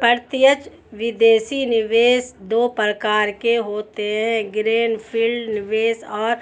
प्रत्यक्ष विदेशी निवेश दो प्रकार के होते है ग्रीन फील्ड निवेश और